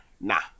nah